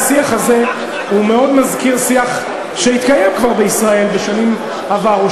השיח הזה מאוד מזכיר שיח שהתקיים כבר בישראל בשנים עברו,